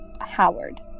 Howard